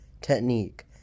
technique